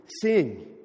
sing